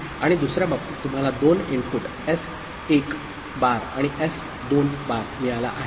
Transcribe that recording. आणि दुसर्या बाबतीत तुम्हाला 2 इनपुट S 1 बार आणि S 2 बार मिळाला आहे